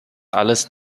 alles